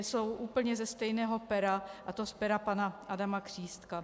Jsou úplně ze stejného pera, a to z pera pana Adama Křístka.